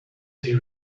they